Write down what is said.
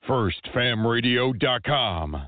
FirstFamRadio.com